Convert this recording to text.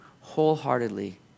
wholeheartedly